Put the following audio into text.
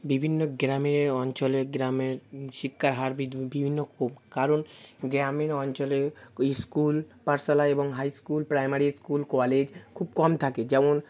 বিভিন্ন গ্রামে অঞ্চলে গ্রামে শিক্ষার হার বৃদ্ধি বিভিন্ন কারণ গ্রামীণ অঞ্চলে স্কুল পাঠশালা এবং high school primary school college খুব কম থাকে যেমন